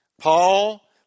Paul